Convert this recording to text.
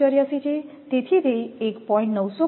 384 છે તેથી તે 1